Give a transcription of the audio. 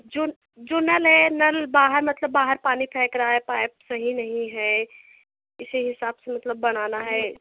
zone जो नल है नल बाहर मतलब बाहर पानी फेंक रहा है पाइप सही नहीं है इसी हिसाब से मतलब बनाना है